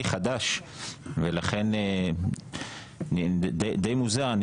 אני חדש ודי מוזר לי.